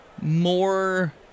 more